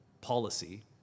policy